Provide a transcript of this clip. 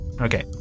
Okay